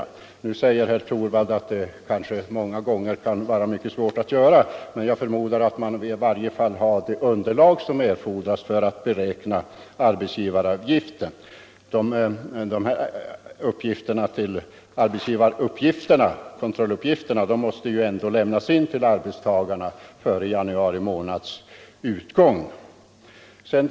Då invänder kanske herr Torwald att det många gånger kan vara mycket svårt att göra det, men jag förmodar att man i varje fall har det underlag som erfordras för att beräkna arbetsgivaravgiften. Kontrolluppgifterna måste ju lämnas till arbetstagarna före januari månads utgång.